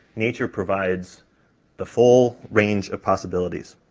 nature provides the full range of possibilities.